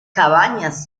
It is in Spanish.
cabañas